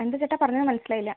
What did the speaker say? എന്താ ചേട്ടാ പറഞ്ഞത് മനസ്സിലായില്ല